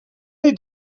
dir